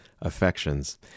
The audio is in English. affections